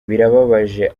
birababaje